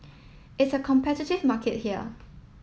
it's a competitive market here